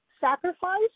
sacrifice